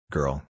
Girl